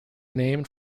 named